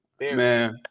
Man